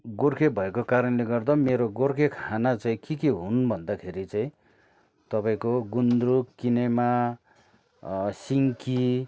गोर्खे भएको कारणले गर्दा मेरो गोर्खे खाना चाहिँ के के हुन् भन्दाखेरि चाहिँ तपाईँको गुन्द्रुक किनेमा सिन्की